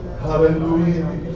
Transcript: hallelujah